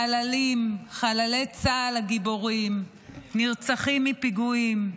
חללים, חללי צה"ל הגיבורים, נרצחים מפיגועים.